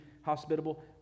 hospitable